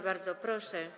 Bardzo proszę.